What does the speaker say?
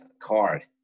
card